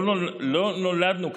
לא נולדנו כאלה.